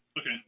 okay